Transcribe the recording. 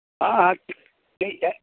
हाँ हाँ ठीक ठीक है